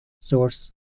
Source